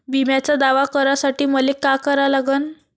बिम्याचा दावा करा साठी मले का करा लागन?